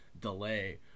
delay